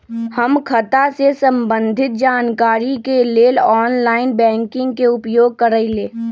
हम खता से संबंधित जानकारी के लेल ऑनलाइन बैंकिंग के उपयोग करइले